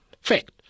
fact